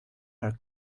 are